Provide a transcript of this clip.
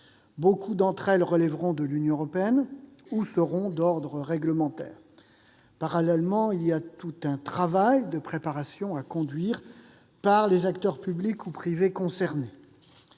beaucoup d'entre elles relèveront de l'Union européenne ou seront d'ordre réglementaire. Parallèlement, un travail préalable doit être conduit par les acteurs publics ou privés concernés.